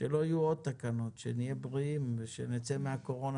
שלא יהיו עוד תקנות, שנהיה בריאים ושנצא מהקורונה.